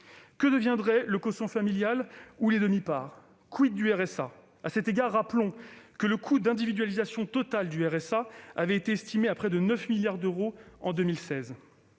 Que deviendraient le quotient familial ou les demi-parts ? du RSA ? À cet égard, rappelons que le coût d'individualisation totale du RSA avait été estimé à près de 9 milliards d'euros en 2016.